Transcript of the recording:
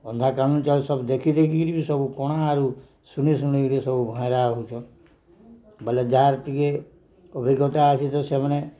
ଅନ୍ଧାକାନୁନ ଚାଲ୍ ସବୁ ଦେଖି ଦେଖିକିରି ବି ସବୁ କଣା ଆରୁ ଶୁଣି ଶୁଣିକରି ସବୁ ଭଇରା ହେଉଛନ୍ ବୋଲେ ଯାହାର ଟିକେ ଅଭିଜ୍ଞତା ଅଛି ତ ସେମାନେ